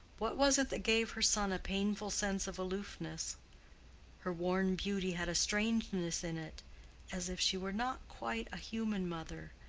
what was it that gave her son a painful sense of aloofness her worn beauty had a strangeness in it as if she were not quite a human mother,